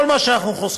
כל מה שאנחנו חוסכים.